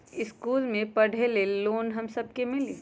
इश्कुल मे पढे ले लोन हम सब के मिली?